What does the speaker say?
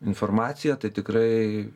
informaciją tai tikrai